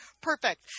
perfect